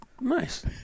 Nice